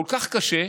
כל כך קשה,